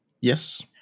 Yes